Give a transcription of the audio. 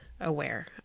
aware